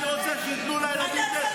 אני רוצה שייתנו לילדים.